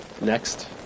Next